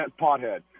pothead